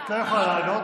את לא יכולה לענות,